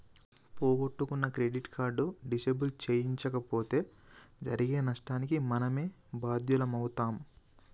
పోగొట్టుకున్న credit card disable చేయించకపోతే జరిగే నష్టానికి మనమే బాధ్యులమవుతం